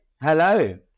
hello